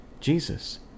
Jesus